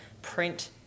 print